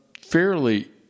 fairly